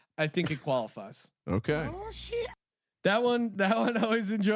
i think it qualifies. okay. shit. that one the hell and hell is it. yeah